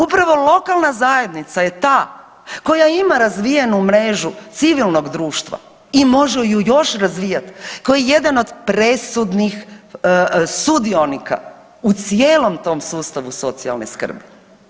Upravo lokalna zajednica je ta koja ima razvijenu mrežu civilnog društva i može ju još razvijat, koji je jedan od presudnih sudionika u cijelom tom sustavu socijalne skrbi.